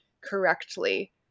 correctly